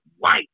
White